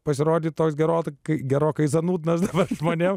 pasirodyti toks gerokai gerokai zanūdnas dabar žmonėm